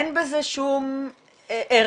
אין בזה שום ערך,